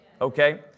Okay